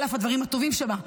על אף הדברים הטובים שבה.